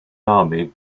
army